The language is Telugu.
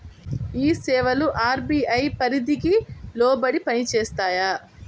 ఈ సేవలు అర్.బీ.ఐ పరిధికి లోబడి పని చేస్తాయా?